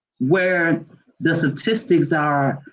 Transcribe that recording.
where the statistics are,